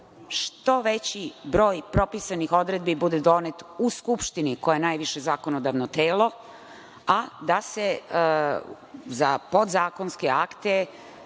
što veći broj propisanih odredbi bude donet u Skupštini, koja je najviše zakonodavno telo, a da se za podzakonske akte